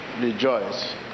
Rejoice